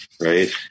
Right